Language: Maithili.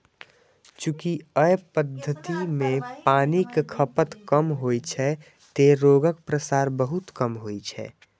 चूंकि अय पद्धति मे पानिक खपत कम होइ छै, तें रोगक प्रसार बहुत कम होइ छै